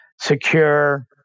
secure